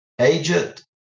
agent